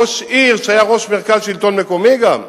ראש עיר, שהיה גם ראש מרכז השלטון המקומי, אומר: